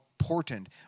important